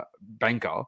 banker